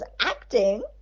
acting